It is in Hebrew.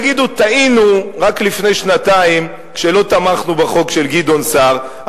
תגידו: טעינו רק לפני שנתיים כשלא תמכנו בחוק של גדעון סער,